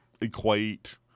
equate